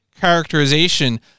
characterization